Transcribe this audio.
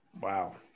Wow